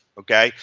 okay.